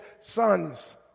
sons